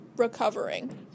recovering